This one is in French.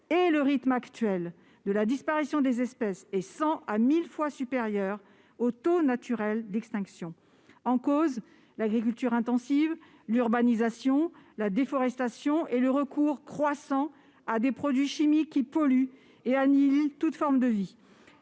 et le rythme actuel de disparition des espèces est 100 à 1 000 fois supérieur au taux naturel d'extinction. En cause, l'agriculture intensive, l'urbanisation, la déforestation et le recours croissant à des produits chimiques qui polluent et annihilent toute forme de vie.